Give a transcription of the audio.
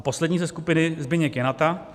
Poslední ze skupiny je Zbyněk Janata.